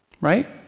right